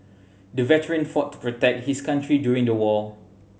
the veteran fought to protect his country during the war